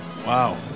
Wow